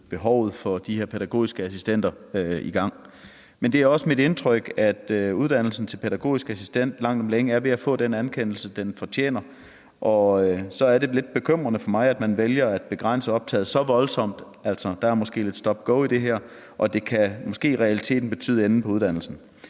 behovet for de her pædagogiske assistenter i gang. Men det er også mit indtryk, at uddannelsen til pædagogisk assistent langt om længe er ved at få den anerkendelse, den fortjener, og så er det lidt bekymrende for mig, at man vælger at begrænse optaget så voldsomt; der er måske lidt stop-go i det her. Det kan måske i realiteten betyde enden på uddannelsen.